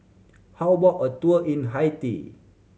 how about a tour in Haiti